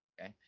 Okay